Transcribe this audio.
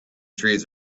trees